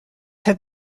have